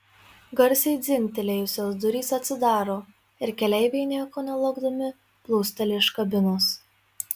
garsiai dzingtelėjusios durys atsidaro ir keleiviai nieko nelaukdami plūsteli iš kabinos